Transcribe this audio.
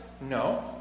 No